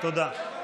תודה.